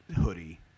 hoodie